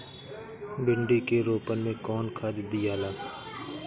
भिंदी के रोपन मे कौन खाद दियाला?